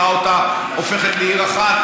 ראה אותה הופכת לעיר אחת,